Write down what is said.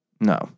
No